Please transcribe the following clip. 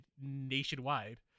nationwide